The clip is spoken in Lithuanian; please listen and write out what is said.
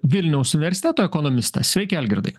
vilniaus universiteto ekonomistas sveiki algirdai